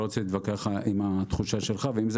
אני לא רוצה להתווכח עם התחושה שלך ואם זה